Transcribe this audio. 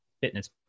fitness